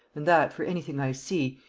and that, for any thing i see,